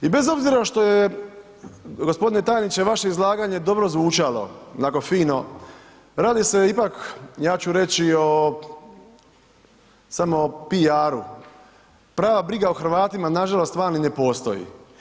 I bez obzira što je g. tajniče vaše izlaganje dobro zvučalo, onako fino, radi se ipak, ja ću reći o samo piaru, prava briga o Hrvatima, nažalost vani ne postoji.